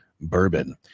bourbon